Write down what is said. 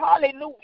hallelujah